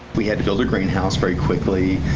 we had to build a greenhouse very quickly.